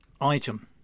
Item